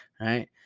Right